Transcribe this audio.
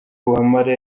wamala